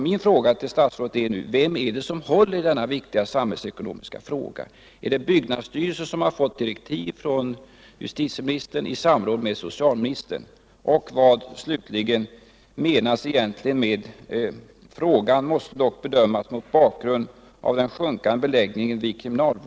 Min fråga till statsrådet är nu: Vem håller i denna viktiga samhällsekonomiska fråga? Är det byggnadsstyrelsen som har fått direktiv från justitieministern i samråd med socialministern? Och vad menas egentligen med meningen i svaret: ”Frågan måste dock bedömas mot bakgrund av